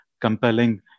compelling